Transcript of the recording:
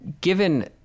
given